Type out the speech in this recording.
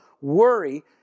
worry